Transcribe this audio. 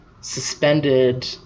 suspended